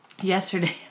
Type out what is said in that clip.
yesterday